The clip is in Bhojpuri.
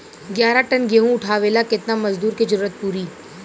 ग्यारह टन गेहूं उठावेला केतना मजदूर के जरुरत पूरी?